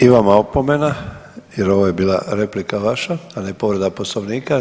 I vama opomena jer ovo je bila replika vaša, a ne povreda Poslovnika.